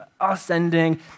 ascending